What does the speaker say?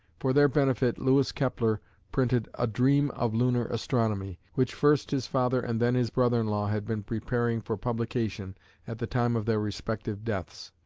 for their benefit louis kepler printed a dream of lunar astronomy, which first his father and then his brother-in-law had been preparing for publication at the time of their respective deaths.